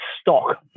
stock